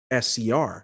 SCR